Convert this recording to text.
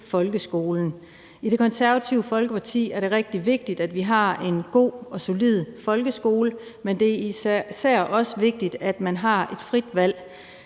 folkeskolen. I Det Konservative Folkeparti er det rigtig vigtigt, at vi har en god og solid folkeskole, men det er især også vigtigt, at man har et frit valg